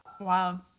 wow